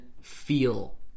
feel